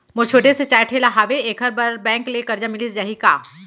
मोर छोटे से चाय ठेला हावे एखर बर बैंक ले करजा मिलिस जाही का?